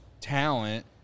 talent